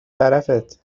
طرفت